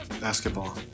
basketball